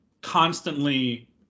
constantly